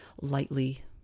lightly